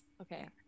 Okay